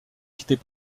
quittait